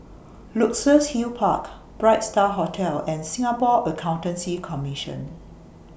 Luxus Hill Park Bright STAR Hotel and Singapore Accountancy Commission